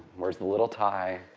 wears the little tie.